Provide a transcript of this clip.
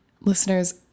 listeners